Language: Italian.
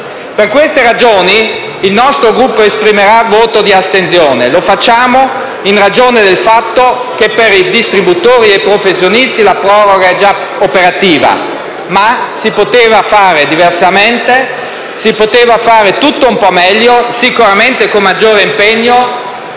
Per queste ragioni, il nostro Gruppo esprimerà voto di astensione. Lo facciamo in ragione del fatto che per i distributori e i professionisti la proroga è già operativa, ma si poteva fare diversamente; si poteva fare tutto un po' meglio, sicuramente con maggiore impegno